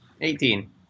eighteen